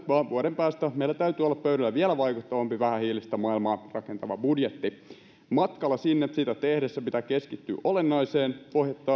vaan vuoden päästä meillä täytyy olla pöydällä vielä vaikuttavampi vähähiilistä maailmaa rakentava budjetti matkalla sinne sitä tehdessä pitää keskittyä olennaiseen